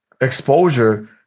exposure